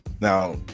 Now